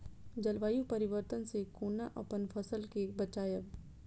जलवायु परिवर्तन से कोना अपन फसल कै बचायब?